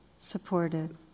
supported